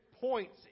points